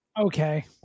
Okay